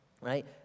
Right